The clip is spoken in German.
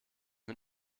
man